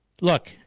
Look